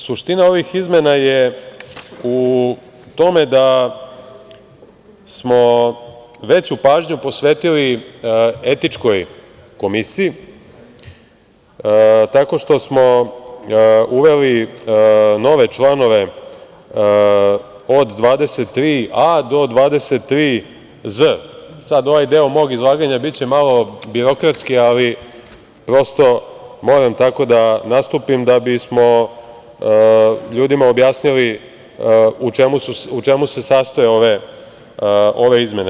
Suština ovih izmena je u tome da smo veću pažnju posvetili etičkoj komisiji, tako što smo uveli nove članove od 23a do 23z. Sad ovaj deo mog izlaganja biće malo birokratski, ali prosto, moram tako da nastupim da bismo ljudima objasnili u čemu se sastoje ove izmene.